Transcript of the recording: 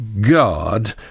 God